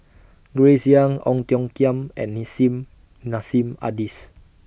Grace Young Ong Tiong Khiam and Nissim Nassim Adis